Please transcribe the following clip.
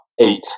eight